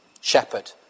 Shepherd